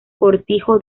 cortijo